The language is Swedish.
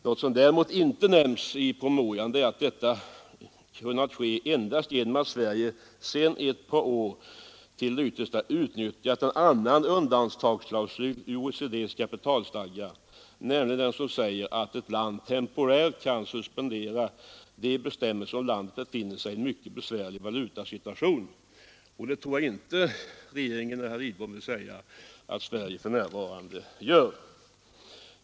Vad som däremot inte nämns i promemorian är att detta kunnat ske endast därför att Sverige sedan ett par år tillbaka till det yttersta utnyttjat en undantagslagstiftning i OECD:s kapitalstadga, nämligen den som säger att ett land temporärt kan suspendera bestämmelserna om landet befinner sig i en mycket besvärlig valutasituation, men det tror jag inte att regeringen och herr Lidbom vill påstå att Sverige för närvarande gör.